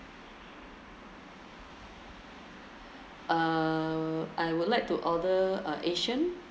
uh I would like to order uh asian